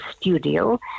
studio